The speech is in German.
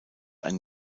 ein